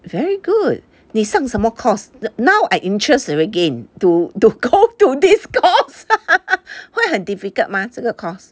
very good 你上什么 course now now I interest again to to go to this course 会很 difficult mah 这个 course